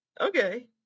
okay